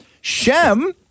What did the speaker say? Shem